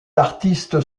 l’artiste